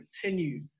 continue